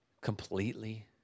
completely